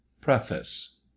Preface